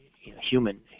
human